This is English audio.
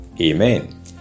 Amen